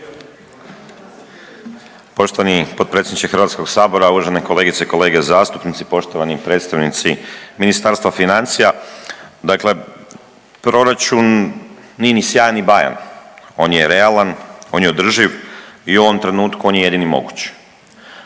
Poštovani potpredsjedniče HS, uvažene kolegice i kolege zastupnici i poštovani predstavnici Ministarstva financija. Dakle proračun nije ni sjajan, ni bajan, on je realan, on je održiv i u ovom trenutku on je jedini moguć.